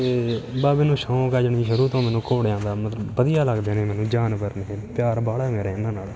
ਅਤੇ ਬਸ ਮੈਨੂੰ ਸ਼ੌਂਕ ਆ ਜਾਣੀ ਸ਼ੁਰੂ ਤੋਂ ਮੈਨੂੰ ਘੋੜਿਆਂ ਦਾ ਮਤਲਬ ਵਧੀਆ ਲੱਗਦੇ ਨੇ ਮੈਨੂੰ ਜਾਨਵਰ ਨੇ ਇਹ ਪਿਆਰ ਬਾਹਲਾ ਮੇਰਾ ਇਹਨਾਂ ਨਾਲ਼